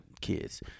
kids